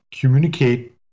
communicate